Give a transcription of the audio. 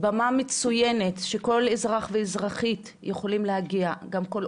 במה מצויינת, שכל אזרח ואזרחית יכולים להגיע.